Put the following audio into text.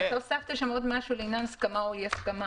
אבל אתה הוספת שם עוד דבר לעניין הסכמה או אי הסכמה.